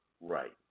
right